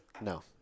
No